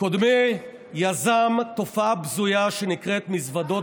קודמי יזם תופעה בזויה שנקראת "מזוודות